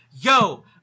Yo